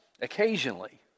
occasionally